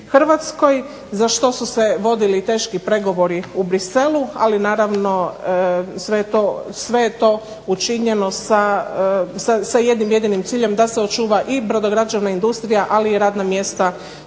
Hrvatskoj za što su se vodili teški pregovori u Bruxellesu. Ali naravno sve je to učinjeno sa jednim jedinim ciljem da se očuva i brodograđevna industrija, ali i radna mjesta